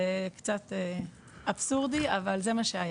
זה קצת אבסורדי, אבל זה מה שהיה.